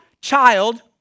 child